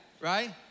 right